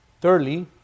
Thirdly